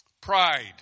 pride